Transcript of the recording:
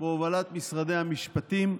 בהובלת משרדי המשפטים,